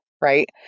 right